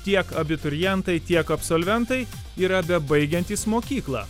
tiek abiturientai tiek absolventai yra bebaigiantys mokyklą